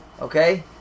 okay